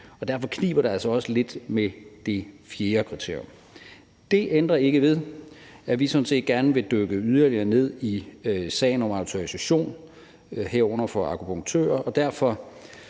Derfor kniber det altså også lidt med det fjerde kriterium. Det ændrer ikke ved, at vi sådan set gerne vil dykke yderligere ned i sagen om autorisation, herunder for akupunktører. Derfor